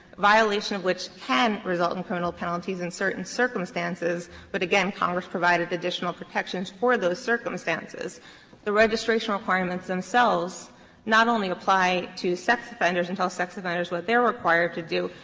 violation of which can result in criminal penalties in certain circumstances but again, congress provided additional protections for those circumstances the registration requirements themselves not only apply to sex offenders and tell sex offenders what they are required to do,